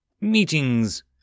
Meetings